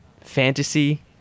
fantasy